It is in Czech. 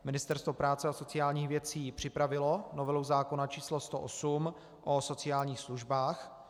Ministerstvo práce a sociálních věcí připravilo novelu zákona č. 108 o sociálních službách.